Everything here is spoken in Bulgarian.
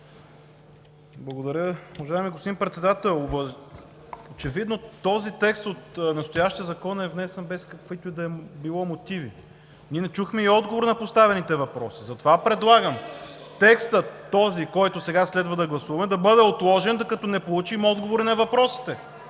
Благодаря. Уважаеми господин Председател! Очевидно този текст от настоящия закон е внесен без каквито и да било мотиви. Ние не чухме и отговор на поставените въпроси. Затова предлагам текста, който следва да гласуваме сега, да бъде отложен, докато не получим отговори на въпросите.